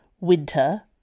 Winter